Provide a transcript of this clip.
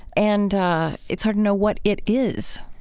and it's hard to know what it is